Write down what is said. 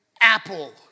Apple